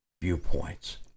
viewpoints